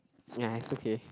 ya it's okay